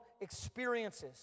experiences